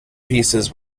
pieces